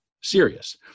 serious